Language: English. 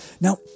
Now